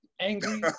angry